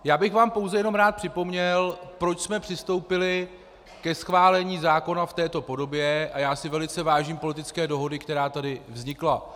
Já bych vám jenom rád připomněl, proč jsme přistoupili ke schválení zákona v této podobě, a já si velice vážím politické dohody, která tady vznikla.